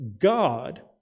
God